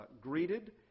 greeted